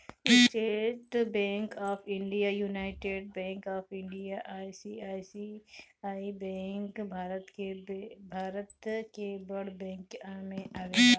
estate bank of India, united bank of India, ICICI bank Bharat के बड़ bank में आवेला